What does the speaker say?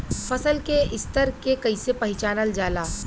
फसल के स्तर के कइसी पहचानल जाला